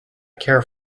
care